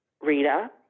Rita